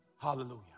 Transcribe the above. Hallelujah